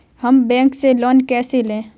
हम बैंक से लोन कैसे लें?